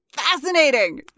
fascinating